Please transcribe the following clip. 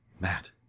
Matt